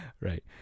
right